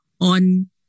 on